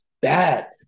bad